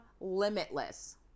limitless